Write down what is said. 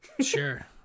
sure